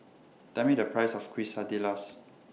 Tell Me The Price of Quesadillas